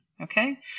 Okay